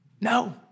No